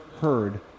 heard